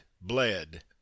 bled